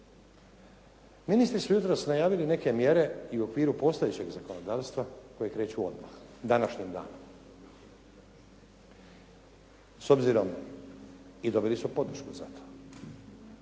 Meni su se jutros najavile neke mjere i u okviru postojećeg zakonodavstva koje kreću odmah s današnjim danom. S obzirom i dobili su podršku za to.